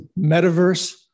metaverse